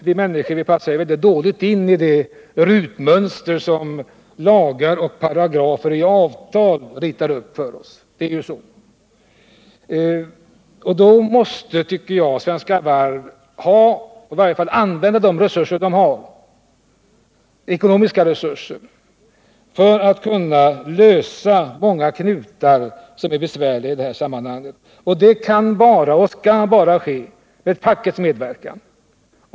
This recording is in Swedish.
Vi människor passar väldigt dåligt in i det rutmönster som paragrafer i lagar och avtal ritar upp för oss — så är det ju. Svenska Varv måste då, tycker jag, använda de ekonomiska resurser de har för att lösa många i det här : sammanhanget besvärliga knutar. Det kan och skall bara ske med fackets medverkan.